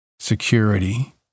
security